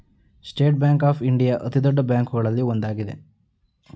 state Bank of India ಅತಿದೊಡ್ಡ ಬ್ಯಾಂಕುಗಳಲ್ಲಿ ಒಂದಾಗಿದೆ